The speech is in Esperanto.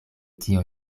tio